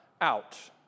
out